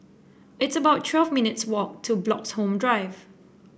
it's about twelve minutes' walk to Bloxhome Drive